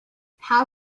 how